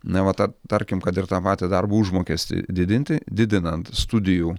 na va tą tarkim kad ir tą patį darbo užmokestį didinti didinant studijų